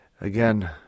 again